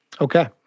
Okay